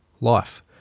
life